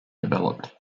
developed